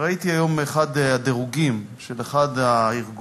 ראיתי היום את אחד הדירוגים של אחד הארגונים,